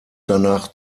danach